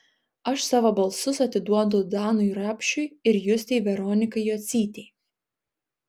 aš savo balsus atiduodu danui rapšiui ir justei veronikai jocytei